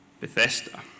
Bethesda